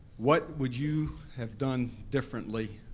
what would you have done differently?